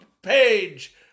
page